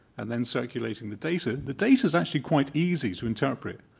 and then circulating the data, the data's actually quite easy to interpret.